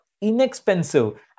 inexpensive